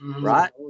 right